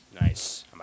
Nice